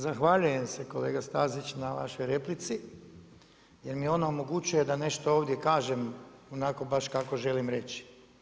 Zahvaljujem se kolega Stazić na vašoj replici jer mi ona omogućuje da nešto ovdje kažem onako kako baš želim reći.